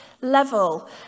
level